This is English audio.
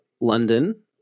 London